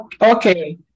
Okay